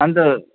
अन्त